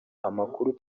amakuru